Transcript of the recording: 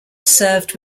served